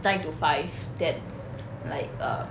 nine to five that like err